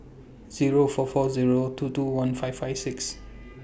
Zero four four Zero two two one five five six